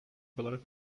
olarak